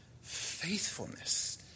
faithfulness